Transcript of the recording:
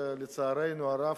לצערנו הרב,